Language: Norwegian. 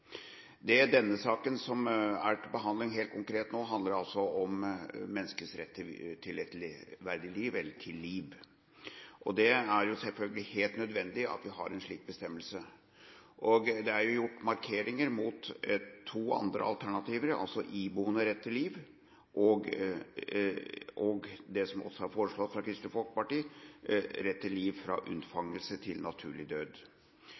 hestehandel. Denne saken som er til behandling nå, handler helt konkret om menneskets rett til liv. Det er selvfølgelig helt nødvendig at vi har en slik bestemmelse. Det er gjort markeringer mot to andre alternativer: iboende rett til liv, og det som er foreslått fra Kristelig Folkeparti, rett til liv fra unnfangelse til naturlig død.